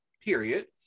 period